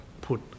put